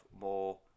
more